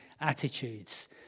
attitudes